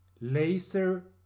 Laser